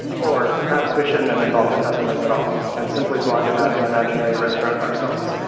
or perhaps we shouldn't have involved the customers at all and simply blogged about an imaginary restaurant ourselves.